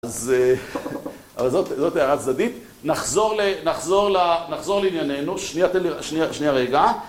אז, אבל זאת הערה צדדית, נחזור לענייננו, שנייה רגע.